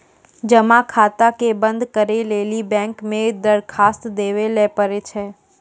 जमा खाता के बंद करै लेली बैंक मे दरखास्त देवै लय परै छै